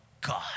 God